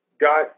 got